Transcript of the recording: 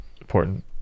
important